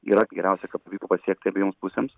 yra geriausia ką pavyko pasiekti abiejoms pusėms